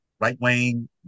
right-wing